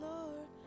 Lord